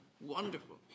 Wonderful